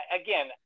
again